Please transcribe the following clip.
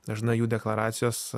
dažnai jų deklaracijos